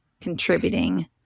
contributing